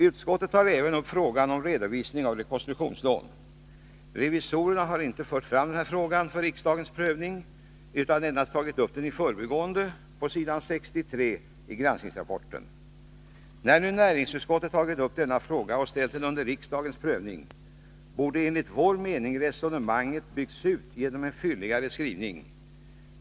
Utskottet tar även upp frågan om redovisningen av rekonstruktionslån. Revisorerna har inte fört fram denna fråga för riksdagens prövning, utan endast tagit upp den i förbigående på s. 63 i granskningsrapporten. När nu näringsutskottet har tagit upp denna fråga och ställt den under riksdagens prövning borde enligt vår mening resonemanget byggts ut genom en fylligare skrivning.